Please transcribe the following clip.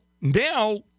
now